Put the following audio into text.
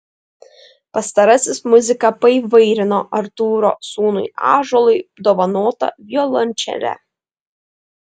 pastarasis muziką paįvairino artūro sūnui ąžuolui dovanota violončele